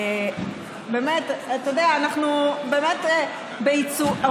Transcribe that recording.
אנחנו בעיצומו של,